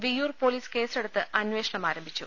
Viyyur police കേസെടുത്ത് അന്വേഷണമാരംഭിച്ചു